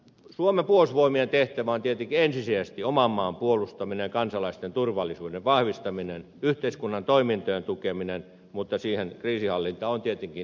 suomen puolustusvoimien tehtävä on tietenkin ensisijaisesti oman maan puolustaminen ja kansalaisten turvallisuuden vahvistaminen sekä yhteiskunnan toimintojen tukeminen mutta kriisinhallinta on tietenkin kiinteä osa sitä